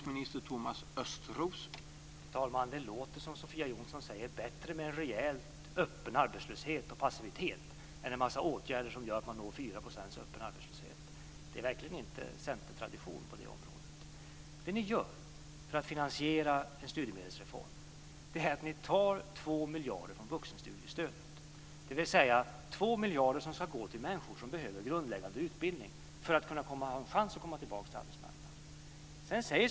Herr talman! Det låter som att Sofia Jonsson menar: Bättre med en rejält öppen arbetslöshet och passivitet än med en massa åtgärder som gör att man når 4 % öppen arbetslöshet. Detta är verkligen inte centertradition på området. Vad ni gör för att finansiera en studiemedelsreform är att ni tar 2 miljarder från vuxenstudiestödet - dvs. 2 miljarder som ska gå till människor som behöver en grundläggande utbildning för att ha en chans att komma tillbaka till arbetsmarknaden.